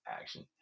action